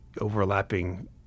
overlapping